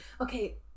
Okay